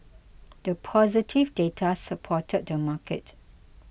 the positive data supported the market